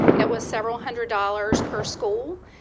it was several hundred dollars per school.